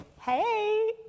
Hey